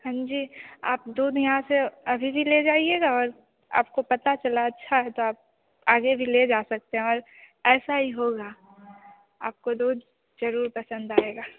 हाँ जी आप दूध यहाँ से अभी भी ले जाइएगा और आपको पता चला अच्छा है तो आप आगे भी ले जा सकते हैं और ऐसा ही होगा आपको दूध ज़रूर पसंद आएगा